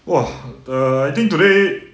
!wah! the I think today